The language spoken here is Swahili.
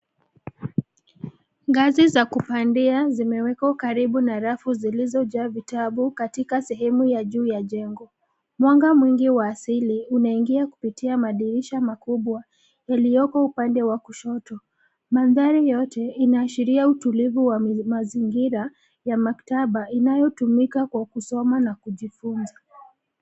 Ngazi za kupandia, zimewekwa karibu na rafu zilizojaa vitabu katika sehemu ya juu ya jengo. Mwanga mwingi wa asili, unaingia kupitia madirisha makubwa, yaliyoko upande wa kushoto. Mandhari yote, inaashiria utulivu wa mazingira ya maktaba, inayotumika kwa kusoma na kujifunza.